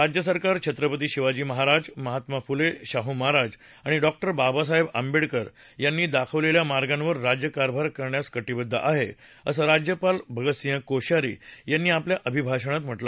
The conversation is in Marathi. राज्य सरकार छत्रपती शिवाजी महा महात्मा फुले शाहू महाराज आणि डॉक्टर बाबासाहेब आंबेडकर यांनी दाखवलेल्या मार्गावर राज्य कारभार करण्यास कटिबद्ध आहे असं राज्यपाल भागात सिंग कोश्यारी यांनी आपल्या अभिभाषणात म्हटलं